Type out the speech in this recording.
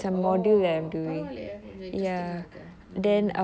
oh பரவாலயே கொஞ்ச:paravaalayae konja interesting ah இருக்கே:irukkae mm